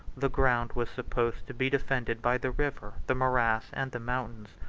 the ground was supposed to be defended by the river, the morass, and the mountains.